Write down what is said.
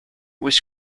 was